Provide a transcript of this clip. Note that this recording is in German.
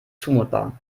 zumutbar